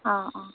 অ অ